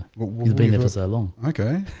we've been ever so long. okay,